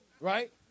right